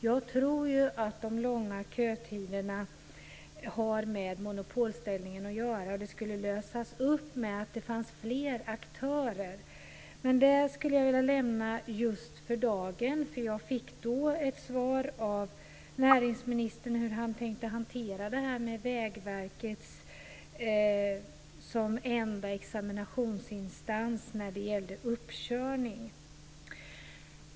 Jag tror att de långa kötiderna har med monopolställningen att göra. Köerna skulle lösas upp om det fanns fler aktörer. Men för dagen skulle jag vilja lämna detta. Jag fick den gången ett svar av näringsministern om hur han tänkte hantera detta med Vägverket som enda examinationsinstans när det gällde uppkörning.